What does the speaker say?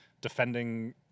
defending